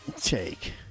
Take –